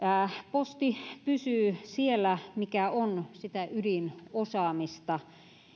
posti pysyy siellä mikä on sitä ydinosaamista